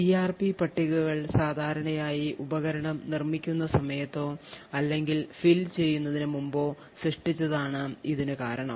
CRP പട്ടികകൾ സാധാരണയായി ഉപകരണം നിർമ്മിക്കുന്ന സമയത്തോ അല്ലെങ്കിൽ fill ചെയ്യുന്നതിന് മുമ്പോ സൃഷ്ടിച്ചതാണ് ഇതിന് കാരണം